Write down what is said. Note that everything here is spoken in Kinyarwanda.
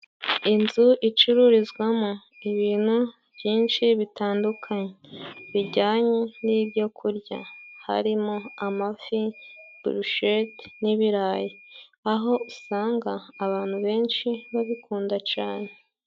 Inzu icururizwamo ibintu byinshi bitandukanye bijyanye n'ibyo kurya. Harimo: amafi, burusheti n'ibirayi. Aho usanga, abantu benshi babikunda cane.